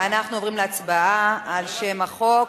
ואנחנו עוברים להצבעה על שם החוק.